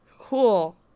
Cool